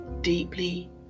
deeply